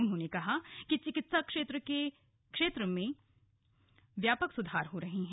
उन्होंने कहा कि चिकित्सा शिक्षा के क्षेत्र में व्यापक सुधार हो रहे हैं